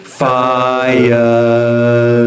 fire